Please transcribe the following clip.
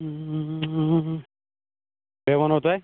بٕے وَنہو تۄہہِ